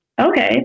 okay